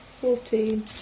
fourteen